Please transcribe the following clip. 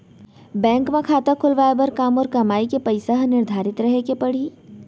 Bank म खाता खुलवाये बर का मोर कमाई के पइसा ह निर्धारित रहे के पड़ही?